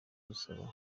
gusaba